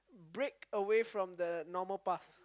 break away from the normal path